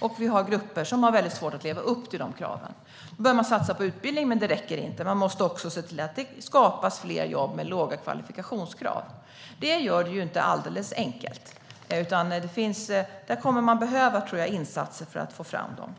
och det finns grupper som har svårt att leva upp till de kraven. Då behöver man satsa på utbildning, men det räcker inte - man måste också se till att det skapas fler jobb med låga kvalifikationskrav. Det är inte alldeles enkelt, utan det kommer att behövas insatser för att få fram dem.